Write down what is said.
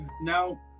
Now